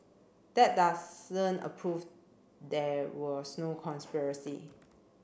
that doesn't approve there was no conspiracy